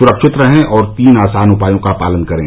सुरक्षित रहें और तीन आसान उपायों का पालन करें